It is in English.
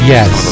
Yes